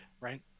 right